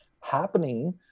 happening